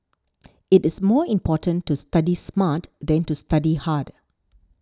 it is more important to study smart than to study hard